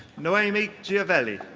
noemi giovelli.